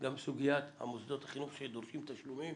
גם סוגיית מוסדות החינוך שדורשים תשלומים